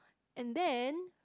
and then